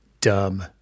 dumb